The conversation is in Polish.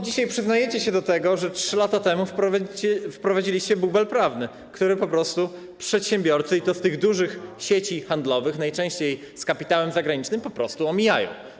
Dzisiaj przyznajecie się do tego, że 3 lata temu wprowadziliście bubel prawny, który po prostu przedsiębiorcy, i to z tych dużych sieci handlowych, najczęściej z kapitałem zagranicznym, po prostu omijają.